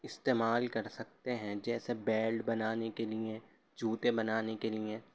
استعمال کر سکتے ہیں جیسے بیلڈ بنانے کے لیے جوتے بنانے کے لیے